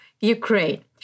Ukraine